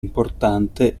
importante